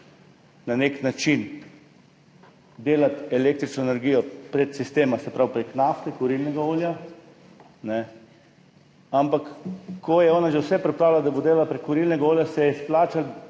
na nek način delati električno energijo prek sistema, se pravi prek nafte, kurilnega olja, ampak ko je ona že vse pripravila, da bo delala prek kurilnega olja, se ji je splačalo